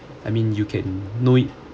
I mean you can know it